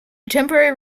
temporary